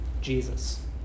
Jesus